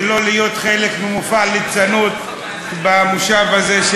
ולא להיות חלק ממופע הליצנות במושב הזה,